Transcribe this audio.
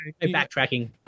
backtracking